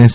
S